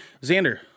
Xander